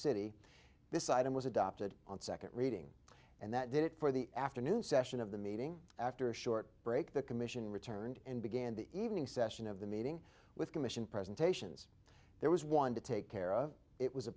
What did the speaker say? city this item was adopted on second reading and that did it for the afternoon session of the meeting after a short break the commission returned and began the evening session of the meeting with commission presentations there was one to take care of it